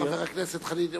חבר הכנסת חנין,